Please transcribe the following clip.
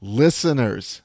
listeners